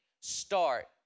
start